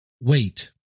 wait